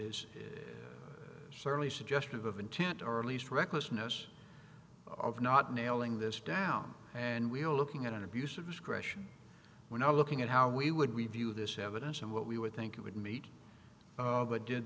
is certainly suggestive of intent or at least recklessness of not nailing this down and we're looking at an abuse of discretion when i looking at how we would review this evidence and what we would think it would meet but did